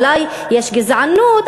אולי יש גזענות,